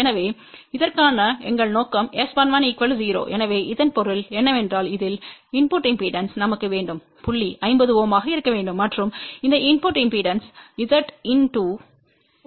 எனவே இதற்கான எங்கள் நோக்கம் S11 0 எனவே இதன் பொருள் என்னவென்றால் இதில் இன்புட்ட்டு இம்பெடன்ஸ் நமக்கு வேண்டும் புள்ளி 50 Ω ஆக இருக்க வேண்டும் மற்றும் அந்த இன்புட்ட்டு இம்பெடன்ஸ் Zin2